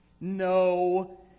No